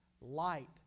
Light